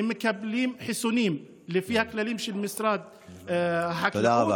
הם מקבלים חיסונים לפי הכללים של משרד החקלאות.